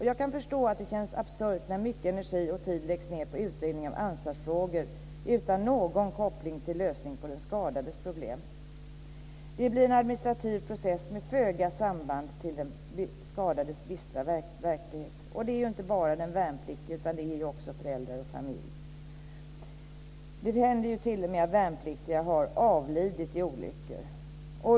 Jag kan förstå att det känns absurt när mycket energi och tid läggs ned på utredning av ansvarsfrågor utan någon koppling till lösning på den skadades problem. Det blir en administrativ process med föga samband till den skadades bistra verklighet. Det gäller inte bara den värnpliktige utan också föräldrar och familj. Det har t.o.m. hänt att värnpliktiga har avlidit i olyckor.